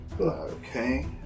Okay